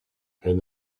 and